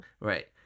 Right